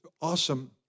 awesome